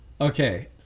Okay